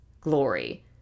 glory